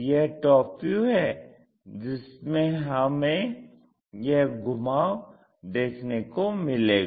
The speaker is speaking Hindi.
यह टॉप व्यू है जिसमे हमें यह घुमाव देखने को मिलेगा